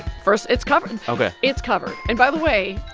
first, it's covered ok it's covered. and by the way,